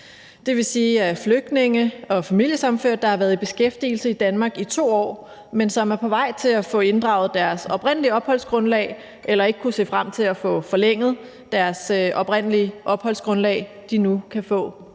Det vil sige, at flygtninge og familiesammenførte, der har været i beskæftigelse i Danmark i 2 år, men som er på vej til at få inddraget deres oprindelige opholdsgrundlag, eller som ikke kunne se frem til at få forlænget deres oprindelige opholdsgrundlag, nu kan få